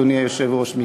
אדוני היושב-ראש,